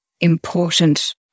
important